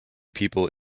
people